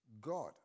God